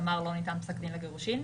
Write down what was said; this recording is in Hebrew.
כלומר, לא ניתן פסק דין לגירושין?